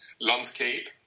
landscape